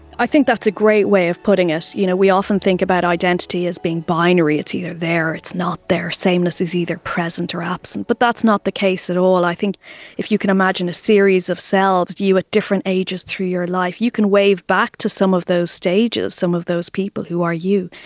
i think that's a great way of putting it. you know we often think about identity as being binary, it's either there or it's not there, sameness is either present or absent, but that's not the case at all. i think if you could imagine a series of selves, you you at different ages through your life, you can wave back to some of those stages, some of those people who are you,